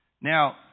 Now